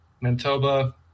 Manitoba